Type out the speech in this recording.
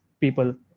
people